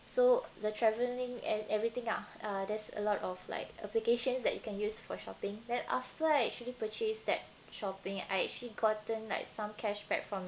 so the traveling and everything lah there's a lot of like applications that you can use for shopping then after I actually purchased that shopping I actually gotten like some cashback from